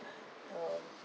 um